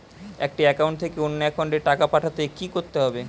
একটি একাউন্ট থেকে অন্য একাউন্টে টাকা পাঠাতে কি করতে হবে?